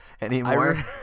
anymore